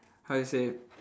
how to say